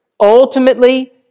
Ultimately